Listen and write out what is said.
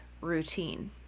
routine